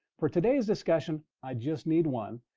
for today's discussion, i just need one.